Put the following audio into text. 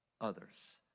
others